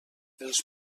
els